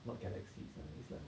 not galaxies ah is like